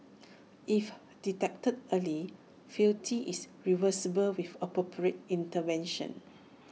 if detected early frailty is reversible with appropriate intervention